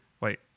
Wait